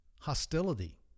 hostility